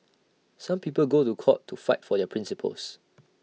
some people go to court to fight for their principles